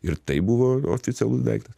ir tai buvo oficialus daiktas